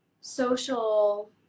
social